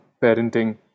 parenting